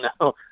no